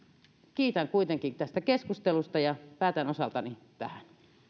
kiitän kuitenkin tästä keskustelusta ja päätän osaltani tähän